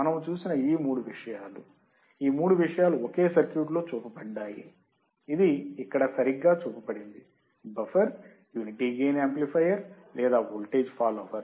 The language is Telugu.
మనము చూసిన ఈ మూడు విషయాలు ఈ మూడు విషయాలు ఒకే సర్క్యూట్ లో చూపబడ్డాయి ఇది ఇక్కడ సరిగ్గా చూపబడింది బఫర్ యూనిటీ గెయిన్ యాంప్లిఫయర్ లేదా వోల్టేజ్ ఫాలోవర్